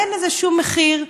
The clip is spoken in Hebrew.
אין לזה שום מחיר,